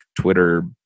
Twitter